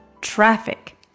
traffic